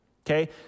Okay